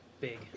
big